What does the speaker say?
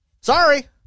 Sorry